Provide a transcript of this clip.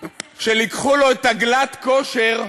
שייקחו לו את הגלאט-כשר,